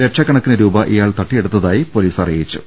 ലക്ഷക്കണക്കിന് രൂപ ഇയാൾ തട്ടിയെടുത്തായി പൊലീസ് അറിയിച്ചു